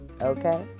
okay